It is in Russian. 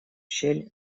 щель